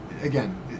again